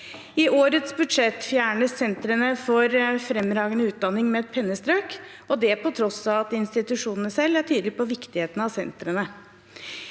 I årets budsjett fjernes sentrene for fremragende utdanning med et pennestrøk, og det på tross av at institusjonene selv er tydelige på viktigheten av sentrene.